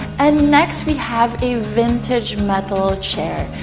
and next we have a vintage metal chair,